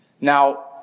Now